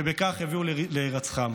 ובכך הביאו להירצחם.